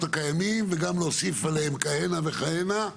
הקיימים וגם להוסיף עליהם כהנה וכהנה,